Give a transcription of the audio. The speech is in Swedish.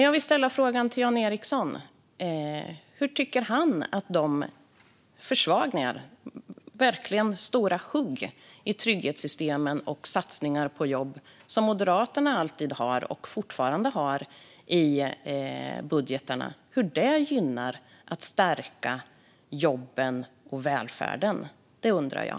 Jag vill ställa en fråga till Jan Ericson: Hur gynnar de försvagningar - verkligen stora hugg - i trygghetssystemen och satsningar på jobb som Moderaterna alltid och fortfarande har i budgetarna en förstärkning av jobb och välfärd? Det undrar jag.